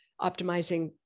optimizing